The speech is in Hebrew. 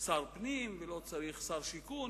שר פנים ולא צריך שר שיכון.